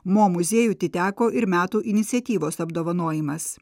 mo muziejui atiteko ir metų iniciatyvos apdovanojimas